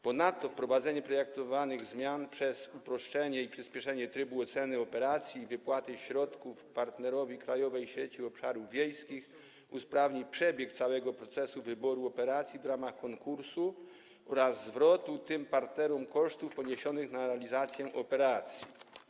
Ponadto wprowadzenie projektowanych zmian przez uproszczenie i przyspieszenie trybu oceny operacji i wypłaty środków partnerowi Krajowej Sieci Obszarów Wiejskich usprawni przebieg całego procesu wyboru operacji w ramach konkursu oraz zwrotu tym partnerom kosztów poniesionych na realizację operacji.